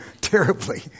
terribly